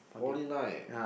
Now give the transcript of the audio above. forty nine